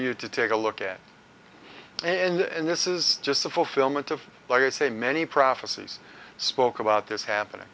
you to take a look at and this is just a fulfillment of like i say many prophecies spoke about this happening